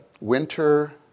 winter